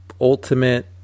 ultimate